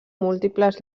múltiples